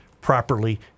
properly